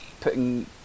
putting